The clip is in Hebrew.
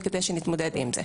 כדי שנתמודד עם זה.